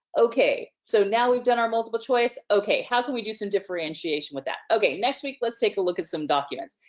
okay. so now we've done our multiple choice, okay, how can we do some differentiation with that? okay, next week let's take a look at some documents.